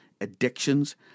addictions